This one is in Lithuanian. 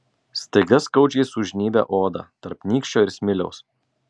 staiga skaudžiai sužnybia odą tarp nykščio ir smiliaus